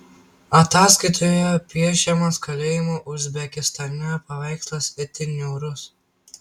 ataskaitoje piešiamas kalėjimų uzbekistane paveikslas itin niūrus